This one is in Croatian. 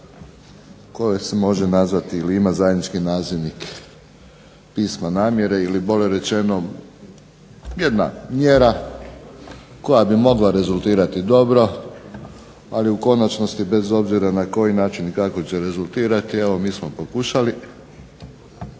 koja se može nazvati ili ima zajednički nazivnik pisma namjere ili bolje rečeno jedna mjera koja bi mogla rezultirati dobro, ali u konačnosti bez obzira na koji način i kako će rezultirati evo mi smo pokušali.